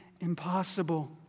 impossible